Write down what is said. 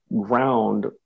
ground